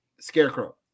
Scarecrow